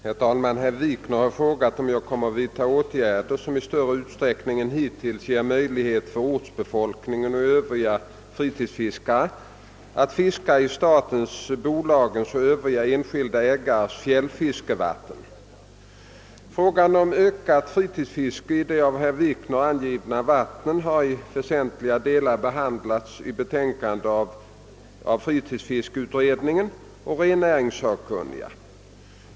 Herr talman! Herr Wikner har frågat om jag kommer att vidta åtgärder som i större utsträckning än hittills ger möjligheter för ortsbefolkningen och Frågan om ökat fritidsfiske i de av herr Wikner angivna vattnen har i väsentliga delar behandlats i betänkanden av fritidsfiskeutredningen och rennäringssakkunniga.